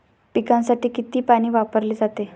पिकांसाठी किती पाणी वापरले जाते?